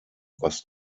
was